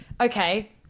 okay